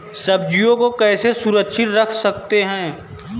सब्जियों को कैसे सुरक्षित रख सकते हैं?